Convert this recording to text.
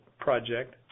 project